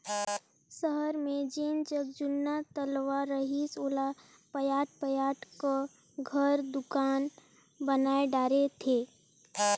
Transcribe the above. सहर मे जेन जग जुन्ना तलवा रहिस ओला पयाट पयाट क घर, दुकान बनाय डारे थे